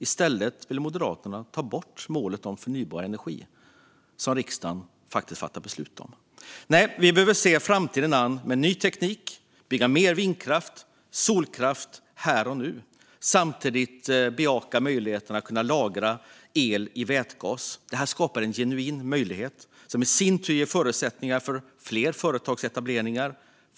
I stället vill M ta bort det mål om förnybar energi som riksdagen har fattat beslutat om. Nej, vi behöver se framtiden an med ny teknik. Vi behöver också bygga mer vindkraft och solkraft här och nu och samtidigt bejaka möjligheterna att lagra el i vätgas. Det skapar en genuin möjlighet som i sin tur ger förutsättningar för fler företagsetableringar.